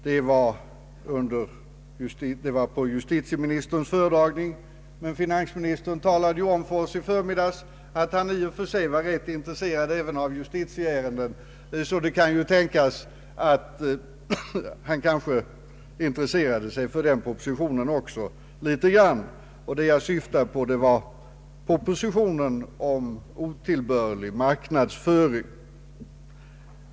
Det var på justitieministerns föredragning, men finansministern talade ju om för oss i förmiddags att han i och för sig är ganska intresserad även för justitieärenden, så det kan ju tänkas att herr Sträng något litet följt med behandlingen även av den propositionen. Vad jag syftar på är propositionen om otillbörlig marknadsföring.